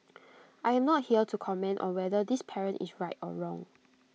I am not here to comment on whether this parent is right or wrong